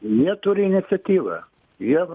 jie turi iniciatyvą jie